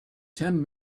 ten